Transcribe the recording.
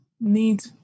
need